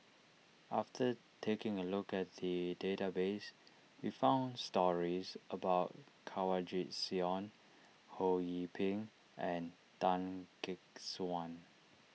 after taking a look at the database we found stories about Kanwaljit Soin Ho Yee Ping and Tan Gek Suan